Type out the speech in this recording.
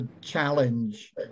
challenge